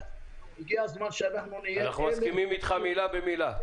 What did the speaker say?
הגיע הזמן שאנחנו אלה --- אנחנו מסכימים איתך מילה במילה.